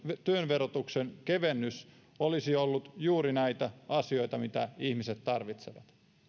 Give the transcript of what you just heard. työn verotuksen kevennys olisi ollut juuri näitä asioita mitä ihmiset tarvitsevat